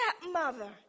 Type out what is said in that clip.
stepmother